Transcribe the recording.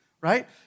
right